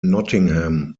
nottingham